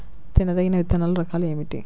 తినదగిన విత్తనాల రకాలు ఏమిటి?